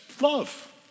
love